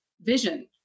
vision